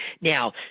Now